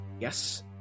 yes